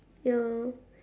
ya